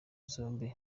zombi